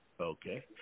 Okay